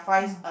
mm